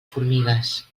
formigues